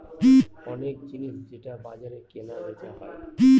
অনেক জিনিস যেটা বাজারে কেনা বেচা হয়